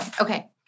Okay